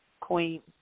Queen